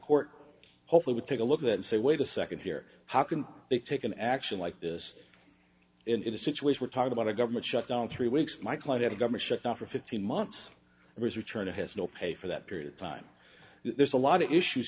court hopefully would take a look and say wait a second here how can they take an action like this in a situation we're talking about a government shutdown three weeks my client at a government shutdown for fifteen months and his return to has no pay for that period of time there's a lot of issues